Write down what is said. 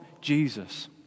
Jesus